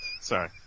Sorry